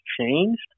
changed